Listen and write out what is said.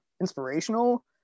inspirational